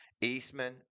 Eastman